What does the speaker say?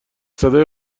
صدای